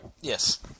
Yes